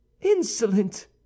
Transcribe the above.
insolent